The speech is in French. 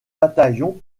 bataillon